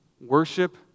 Worship